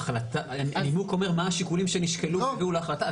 הנימוק אומר מה השיקולים שנשקלו והביאו להחלטה,